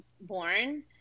born